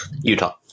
Utah